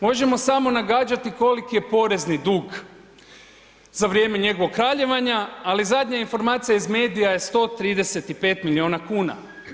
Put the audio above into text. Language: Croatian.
Možemo samo nagađati koliki je porezni dug za vrijeme njegovog kraljevanja, ali zadnja informacija iz medija je 135 miliona kuna.